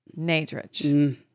Nadrich